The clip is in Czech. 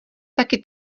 taky